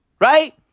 Right